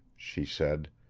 she said.